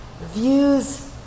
views